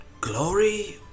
glory